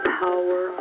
power